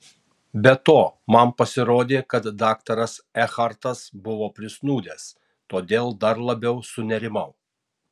be to man pasirodė kad daktaras ekhartas buvo prisnūdęs todėl dar labiau sunerimau